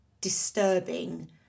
disturbing